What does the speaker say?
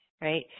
right